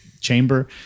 chamber